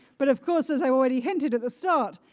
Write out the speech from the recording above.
but of course, as i already hinted at the start,